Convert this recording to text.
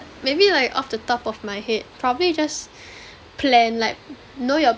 maybe like off the top of my head probably just plan like you know your